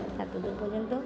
এতদূর পর্যন্ত